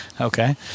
Okay